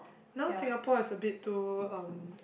now Singapore is a bit too um